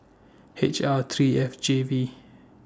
H R three F J V